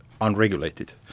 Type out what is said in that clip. Unregulated